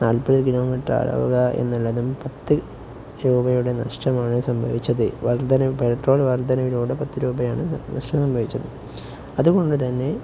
നാൽപ്പത് kilometre ആവുക എന്നുള്ളതും പത്തു രൂപയുടെ നഷ്ടമാണു സംഭവിച്ചത് വർദ്ധന പെട്രോൾ വർദ്ധനയിലൂടെ പത്തു രൂപയാണു നഷ്ടം സംഭവിച്ചത് അതുകൊണ്ടു തന്നെ